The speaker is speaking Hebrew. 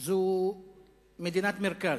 זו מדינת מרכז,